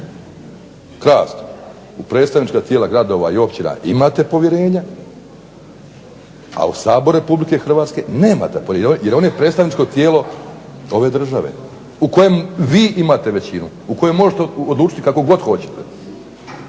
Krasno, u predstavnička tijela gradova i općina imate povjerenja, a u Sabor RH nemate povjerenja, jer on je predstavničko tijelo ove države u kojem vi imate većinu u kojem možete odlučiti kako god hoćete.